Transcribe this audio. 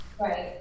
right